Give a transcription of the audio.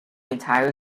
entire